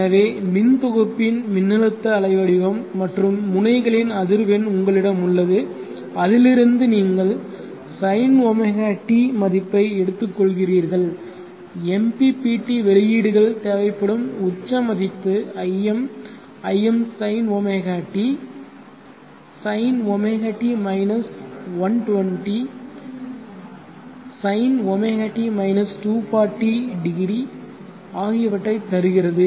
எனவே மின் தொகுப்பின் மின்னழுத்த அலைவடிவம் மற்றும் முனைகளின் அதிர்வெண் உங்களிடம் உள்ளது அதிலிருந்து நீங்கள் sinɷt மதிப்பை எடுத்துக் கொள்கிறீர்கள் MPPT வெளியீடுகள் தேவைப்படும் உச்ச மதிப்பு Im im sinɷt sinɷt 120 sinɷt 2400 ஆகியவற்றை தருகிறது